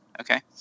Okay